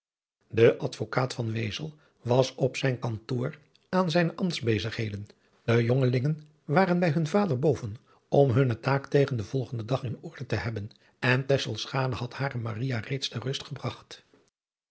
van wezel was op zijn kantoor aan zijne ambtsbezigheden de jongelingen waren bij hunn vader boven om hunne taak tegen den volgenden dag in orde te hebben en tesselschade had hare maria reeds ter rust gebragt